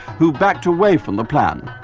who backed away from the plan.